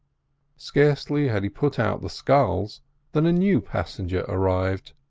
scarcely had he put out the sculls than a new passenger arrived.